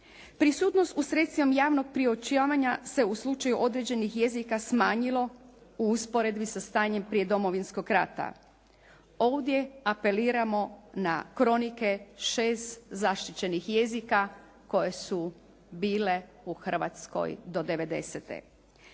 Prisutnost u sredstvima javnog priopćavanja se u slučaju određenih jezika smanjilo u usporedbi sa stanjem prije Domovinskog rata. Ovdje apeliramo na kronike šest zaštićenih jezika koje su bile u Hrvatskoj do '90.